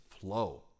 flow